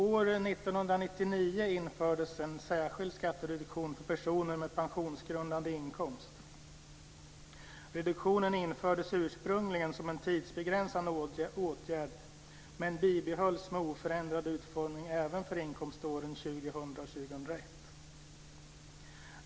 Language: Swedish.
År 1999 infördes en särskild skattereduktion för personer med pensionsgrundande inkomst. Reduktionen infördes ursprungligen som en tidsbegränsad åtgärd, men bibehölls med oförändrad utformning även för inkomståren 2000 och 2001.